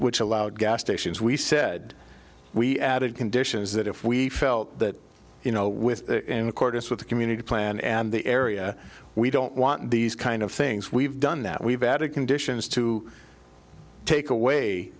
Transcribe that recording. which allowed gas stations we said we added conditions that if we felt that you know with in accordance with the community plan and the area we don't want these kind of things we've done that we've added conditions to take away